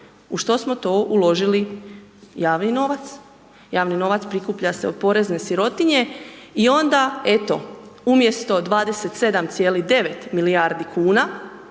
u što smo to uložili javni novac. Javni novac prikuplja se od porezne sirotinje i onda eto umjesto 27,9 milijardi kuna